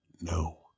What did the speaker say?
no